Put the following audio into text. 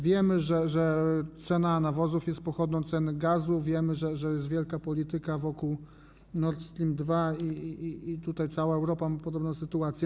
Wiemy, że cena nawozów jest pochodną ceny gazu, wiemy też, że jest wielka polityka wokół Nord Stream 2 i tutaj cała Europa ma podobną sytuację.